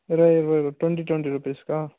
ఇరవై ఇరవై twenty twenty రుపీస్కా